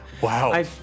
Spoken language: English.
Wow